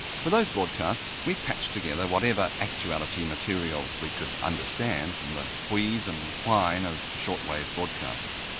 for those broadcasts we patched together whatever actuality material we could understand from the wheeze and whine of shortwave broadcasts.